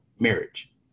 marriage